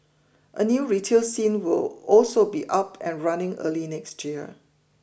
a new retail scene will also be up and running early next year